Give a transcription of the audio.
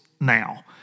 Now